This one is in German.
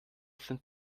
sind